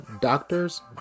doctors